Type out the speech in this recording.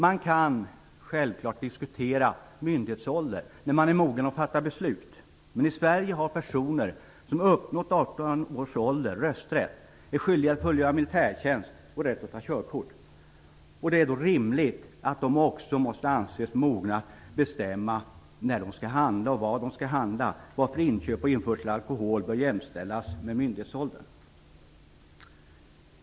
Man kan självklart diskutera myndighetsålder, när man är mogen att fatta beslut. Men i Sverige har personer som uppnått 18 års ålder rösträtt, är skyldiga att fullgöra militärtjänst och har rätt att ta körkort. Det är då rimligt att de också måste anses mogna att bestämma när de skall handla och vad de skall handla, varför åldern för rätt till inköp och införsel av alkohol bör jämställas med myndighetsåldern.